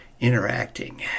interacting